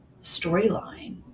storyline